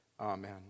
Amen